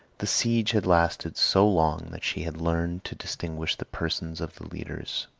the siege had lasted so long that she had learned to distinguish the persons of the leaders.